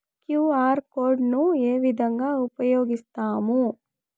QR code ను ఏ విధంగా ఉపయగిస్తాము?